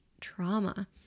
trauma